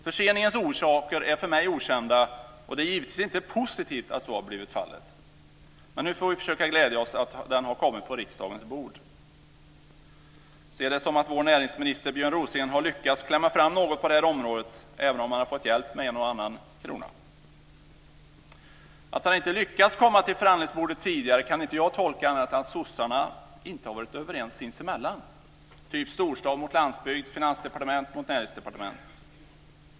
Förseningens orsaker är för mig okända, och det är givetvis inte positivt att det har blivit så här. Men nu får vi försöka glädja oss åt att den har kommit på riksdagens bord. Se det som att vår näringsminister Björn Rosengren har lyckats klämma fram något på det här området, även om han har fått hjälp med en och annan krona. Att han inte lyckats komma till förhandlingsbordet tidigare kan jag inte tolka på annat sätt än att sossarna inte varit överens sinsemellan. Det kanske har varit typ storstad mot landsbygd och finansdepartement mot näringsdepartement.